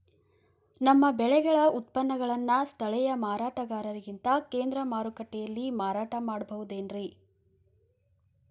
ನಮ್ಮ ಬೆಳೆಗಳ ಉತ್ಪನ್ನಗಳನ್ನ ಸ್ಥಳೇಯ ಮಾರಾಟಗಾರರಿಗಿಂತ ಕೇಂದ್ರ ಮಾರುಕಟ್ಟೆಯಲ್ಲಿ ಮಾರಾಟ ಮಾಡಬಹುದೇನ್ರಿ?